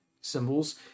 symbols